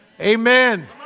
Amen